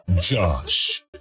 Josh